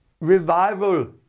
revival